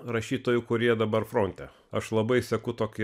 rašytojų kurie dabar fronte aš labai seku tokį